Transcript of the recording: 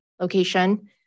location